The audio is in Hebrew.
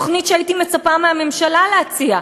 תוכנית שהייתי מצפה שהממשלה תציע.